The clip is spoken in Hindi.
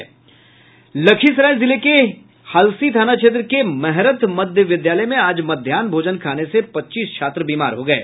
लखीसराय जिले के हलसी थाना क्षेत्र के महरथ मध्य विधालय में आज मध्याहन भोजन खाने से पच्चीस छात्र बीमार हो गये